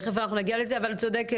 תכף אנחנו נגיע לזה, אבל צודק סגלוביץ'.